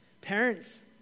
Parents